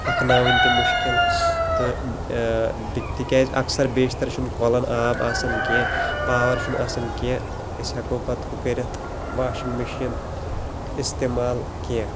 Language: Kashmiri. ہۅکھناوٕنۍ تہِ مُشکِل تہٕ تِکیٛازِ اَکثَر بیشتَر چھِنہٕ کۄلَن آب آسان کیٚنٛہہ پاوَر چھُنہٕ آسان کیٚنٛہہ أسۍ ہیٚکو پَتہٕ ہُہ کٔرِتھ واشِنٛگ مِشیٖن اِستعمال کیٚنٛہہ